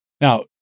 Now